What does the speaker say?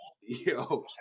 Yo